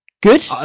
Good